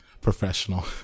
professional